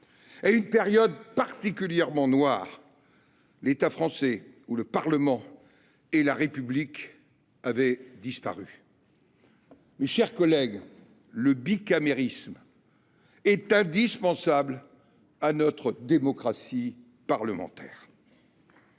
une période particulièrement noire, « l’État français », où le Parlement et la République avaient disparu. Mes chers collègues, le bicamérisme est indispensable à notre démocratie parlementaire.